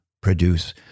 produce